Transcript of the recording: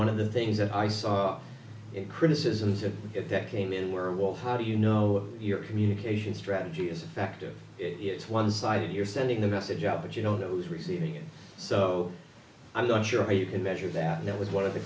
one of the things that i saw in criticisms of it that came in were well how do you know your communication strategy is effective it's one sided you're sending the message out but you don't know who's receiving it so i'm not sure you can measure that and that was one of the